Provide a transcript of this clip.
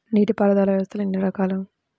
నీటిపారుదల వ్యవస్థలు ఎన్ని రకాలు?